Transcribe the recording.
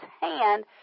hand